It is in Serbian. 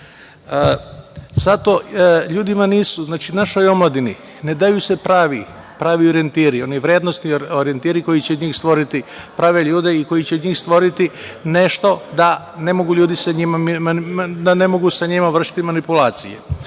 naše obrazovanje. Našoj omladini ne daju se pravi orijentiri, oni vrednosni orijentiri koji će od njih stvoriti prave ljude i koji će od njih stvoriti nešto da ne mogu ljudi sa njima vršiti manipulacije.